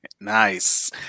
nice